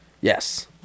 Yes